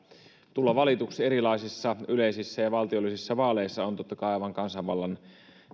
tulla valituksi erilaisissa yleisissä ja valtiollisissa vaaleissa on totta kai aivan kansanvallan